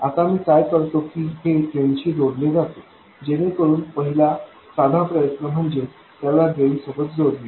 आता मी काय करतो की हे ड्रेनशी जोडले जाते जेणेकरुन पहिला साधा प्रयत्न म्हणजे त्याला ड्रेन सोबत जोडणे